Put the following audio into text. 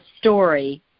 story